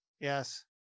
Yes